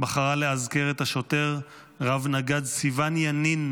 בחרה לאזכר את השוטר רב-נגד סיון ינין,